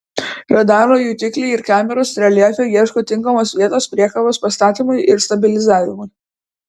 radaro jutikliai ir kameros reljefe ieško tinkamos vietos priekabos pastatymui ir stabilizavimui